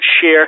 share